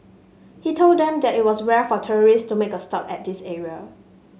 he told them that it was rare for tourist to make a stop at this area